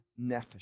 Nefesh